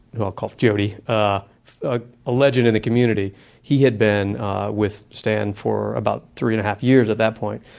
who i'll call jody ah ah a legend in the community he had been with stan for about three and a half years, at that point.